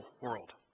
world